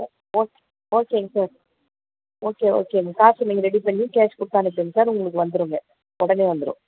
okay ஓகேங்க sir okay ஓகேங்க காசு நீங்கள் ரெடி பண்ணி கேஷ் கொடுத்து அனுப்புங்கள் சார் உங்களுக்கு வந்துருங்க உடனே வந்துரும்